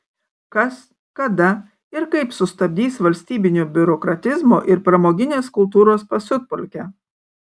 kas kada ir kaip sustabdys valstybinio biurokratizmo ir pramoginės kultūros pasiutpolkę